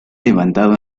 levantado